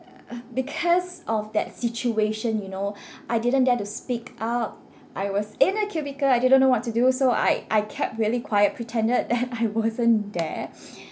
uh because of that situation you know I didn't dare to speak up I was in a cubicle I didn't know what to do so I I kept really quiet pretended that I wasn't there